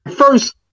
first